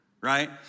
right